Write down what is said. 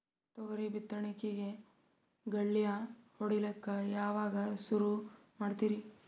ತೊಗರಿ ಬಿತ್ತಣಿಕಿಗಿ ಗಳ್ಯಾ ಹೋಡಿಲಕ್ಕ ಯಾವಾಗ ಸುರು ಮಾಡತೀರಿ?